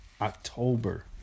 October